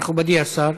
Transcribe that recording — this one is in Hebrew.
מכובדי השר.